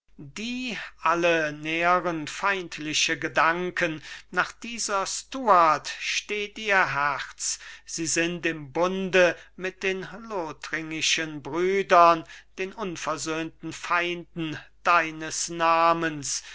die alle nähren feindliche gedanken nach dieser stuart steht ihr herz sie sind im bunde mit den lothtringischen brüdern den unversöhnten feinden deines namens